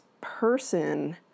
person